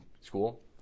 school